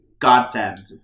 godsend